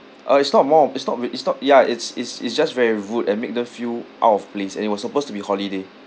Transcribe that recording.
uh it's not more it's not re~ it's not ya it's it's it's just very rude and make them feel out of place and it was supposed to be holiday